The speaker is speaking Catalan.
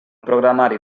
programari